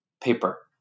paper